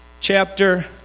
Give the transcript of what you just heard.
chapter